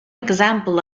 example